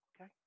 okay